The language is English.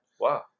Wow